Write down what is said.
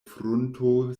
frunto